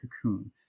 cocoon